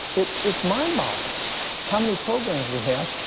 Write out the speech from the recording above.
it's it's mind-boggling how many programs we have,